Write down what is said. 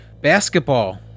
basketball